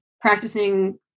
practicing